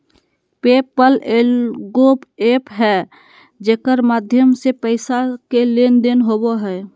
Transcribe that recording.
पे पल एगो एप्प है जेकर माध्यम से पैसा के लेन देन होवो हय